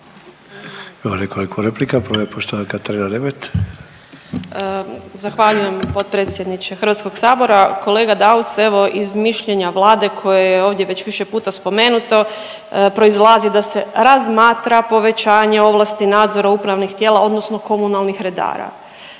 Katarina Nemet. **Nemet, Katarina (IDS)** Zahvaljujem potpredsjedniče HS. Kolega Daus, evo iz mišljenja Vlade koje je ovdje već više puta spomenuto proizlazi da se razmatra povećanje ovlasti nadzora upravnih tijela odnosno komunalnih redara,